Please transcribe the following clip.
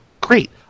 great